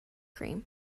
cream